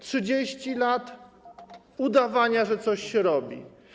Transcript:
30 lat udawania, że coś się robi.